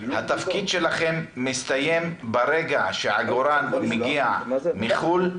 התפקיד שלכם מסתיים ברגע שהעגורן מגיע מחו"ל?